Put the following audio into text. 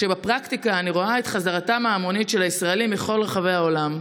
ובפרקטיקה אני רואה את חזרתם ההמונית של הישראלים מכל רחבי העולם,